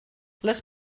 les